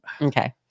Okay